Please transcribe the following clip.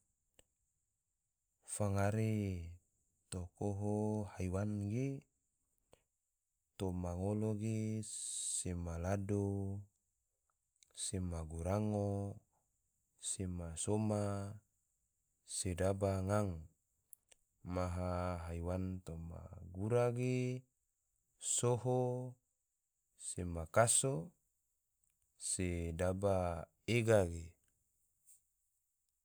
Fangare tokoho haiwan ge, toma ngolo ge sema lado, sema gurango, sema soma, sedaba ngang. maha haiwan toma gura ge, soho, sema kaso, sedaba ega ge